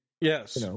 Yes